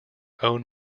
own